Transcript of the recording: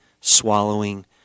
swallowing